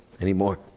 anymore